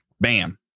Bam